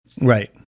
Right